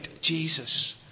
Jesus